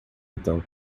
então